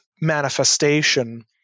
manifestation